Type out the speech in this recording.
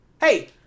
Hey